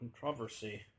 Controversy